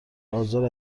آزار